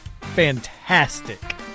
fantastic